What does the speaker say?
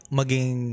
maging